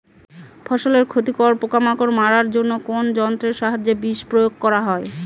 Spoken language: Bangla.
ফসলের ক্ষতিকর পোকামাকড় মারার জন্য কোন যন্ত্রের সাহায্যে বিষ প্রয়োগ করা হয়?